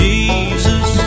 Jesus